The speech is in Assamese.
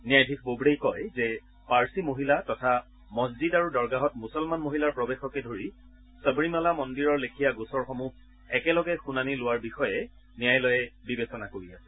ন্যায়াধীশ ববডেই কয় যে পাৰ্ছি মহিলা তথা মছজিদ আৰু দৰগাহত মুছলমান মহিলাৰ প্ৰৱেশকে ধৰি সবৰীমালা মন্দিৰৰ লেখীয়া গোচৰসমূহ একেলগে শুনানী লোৱাৰ বিষয়ে ন্যায়ালয়ে বিবেচনা কৰি আছে